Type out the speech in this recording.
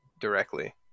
directly